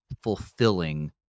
fulfilling